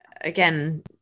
again